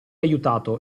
aiutato